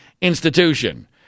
institution